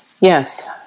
Yes